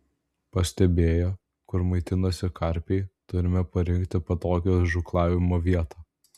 pastebėję kur maitinasi karpiai turime parinkti patogią žūklavimo vietą